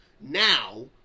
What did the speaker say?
now